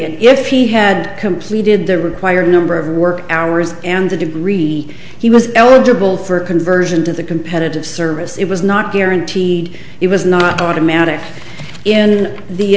and if he had completed the required number of work hours and the degree he was eligible for a conversion to the competitive service it was not guaranteed it was not automatic in the